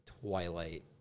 Twilight